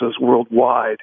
worldwide